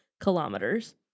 kilometers